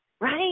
right